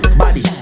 body